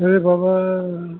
अरे बाबा